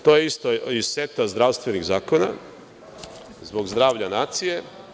To je isto iz seta zdravstvenih zakona, zbog zdravlja nacije.